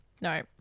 no